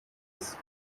isi